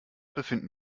befinden